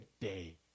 day